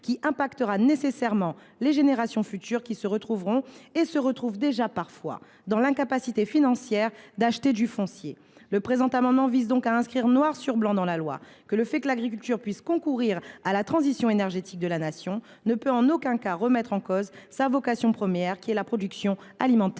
qui affectera nécessairement les générations futures. Les jeunes se trouvent déjà parfois dans l’incapacité financière d’acquérir du foncier… Le présent amendement vise donc à inscrire noir sur blanc dans la loi que le concours apporté par l’agriculture à la transition énergétique de la Nation ne peut en aucun cas remettre en cause sa vocation première, qui est la production alimentaire.